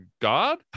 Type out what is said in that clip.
god